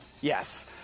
Yes